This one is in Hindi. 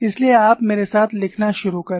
इसलिए आप मेरे साथ लिखना शुरू करें